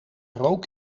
rook